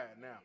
now